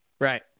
Right